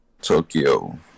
Tokyo